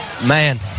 Man